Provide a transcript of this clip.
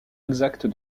exacte